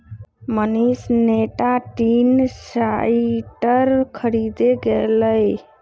Manish nematicide खरीदे गय लय